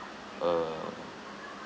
uh